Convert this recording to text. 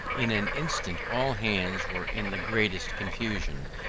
in an instant all hands were in the greatest confusion,